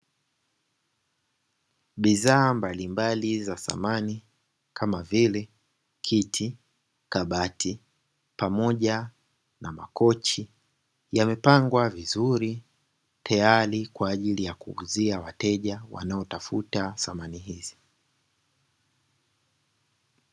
Bidhaa mbalimbali za samani kama vile: kiti, kabati pamoja na makochi; yamepangwa vizuri tayari kwa ajili ya kuwauzia wateja wanaotafuta samani hizi.